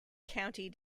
county